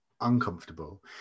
uncomfortable